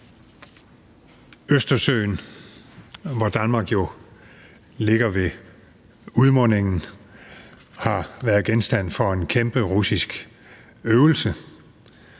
Østersøen, hvor Danmark jo ligger ved udmundingen, har været genstand for en kæmpe russisk øvelse,